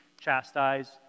chastise